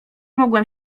mogłem